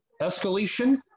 escalation